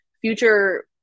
future